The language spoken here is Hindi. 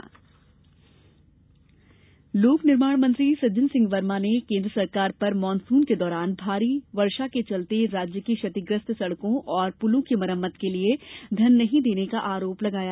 भेदभाव केन्द्र लोक निर्माण मंत्री सज्जन सिंह वर्मा ने केन्द्र सरकार पर मॉनसून के दौरान भारी बारिश से राज्य के क्षतिग्रस्त सड़कों और पुलों की मरम्मत के लिये धन नहीं देने का आरोप लगाया